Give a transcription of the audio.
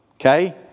Okay